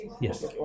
Yes